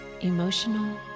emotional